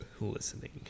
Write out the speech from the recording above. listening